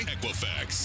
Equifax